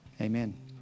Amen